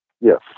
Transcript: yes